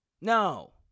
No